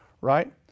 right